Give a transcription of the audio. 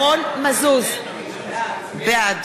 בעד